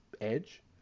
edge